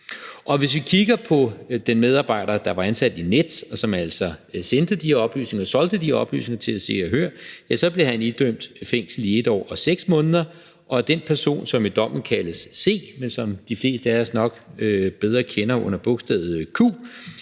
Og hvis vi kigger på den medarbejder, der var ansat i Nets, og som altså solgte de oplysninger til Se og Hør, ja, så blev han idømt fængsel i 1 år og 6 måneder, og den person, som i dommen kaldes C, som de fleste af os nok bedre kender under bogstavet Q,